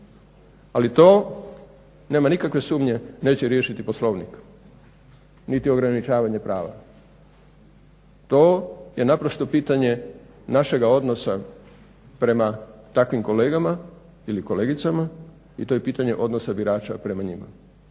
Ali to nema nikakve sumnje neće riješiti Poslovnik niti ograničavanje prava. To je naprosto pitanje našega odnosa prema takvim kolegama ili kolegicama i to je pitanje odnosa birača prema njima.